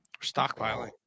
stockpiling